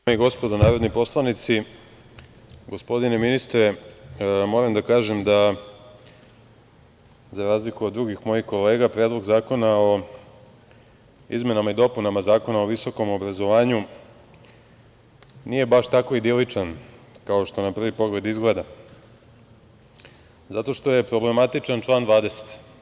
Dame i gospodo narodni poslanici, gospodine ministre, moram da kažem da, za razliku od drugih mojih kolega, Predlog zakona o izmenama i dopunama Zakona o visokom obrazovanju nije baš tako idiličan, kao što na prvi pogled izgleda, zato što je problematičan član 20.